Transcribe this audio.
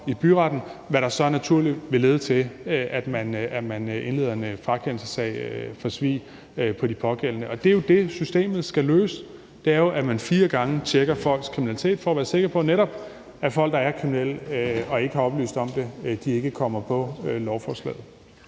i byretten, hvad der så naturligt vil lede til, at man indleder en frakendelsessag for svig på de pågældende. Det er jo det, systemet skal løse, ved at man fire gange tjekker folks kriminalitet, altså for netop at være sikker på, at folk, der er kriminelle og ikke har oplyst om det, ikke kommer på lovforslaget.